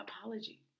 apology